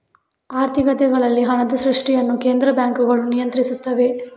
ಆರ್ಥಿಕತೆಗಳಲ್ಲಿ ಹಣದ ಸೃಷ್ಟಿಯನ್ನು ಕೇಂದ್ರ ಬ್ಯಾಂಕುಗಳು ನಿಯಂತ್ರಿಸುತ್ತವೆ